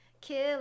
kill